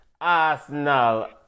Arsenal